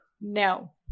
No